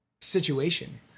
situation